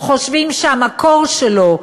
חושבים שהמקור שלו ראוי.